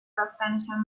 رفتنشم